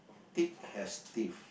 thick as thieves